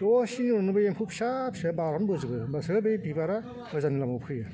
दसेनि उनावनो बे एम्फौ फिसा फिसाया बारनबोजोबो होमबासो बै बिबारा मोजांनि लामायाव फैयो